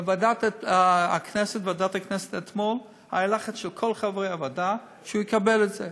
בוועדת הכנסת אתמול היה לחץ של כל חברי הוועדה שהוא יקבל את זה.